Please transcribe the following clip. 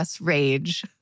rage